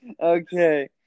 Okay